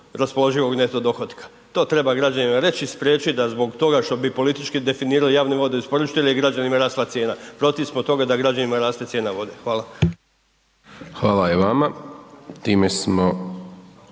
raspoloživog neto dohotka. To treba građanima reći i spriječiti da zbog toga što bi politički definirali javne vodoisporučitelje, građanima rasla cijena. Protiv smo toga da građanima raste cijena vode. Hvala. **Hajdaš Dončić,